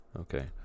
Okay